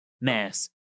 mass